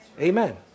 Amen